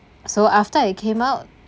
so after I came out